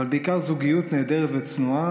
אבל בעיקר זוגיות נהדרת וצנועה,